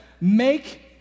make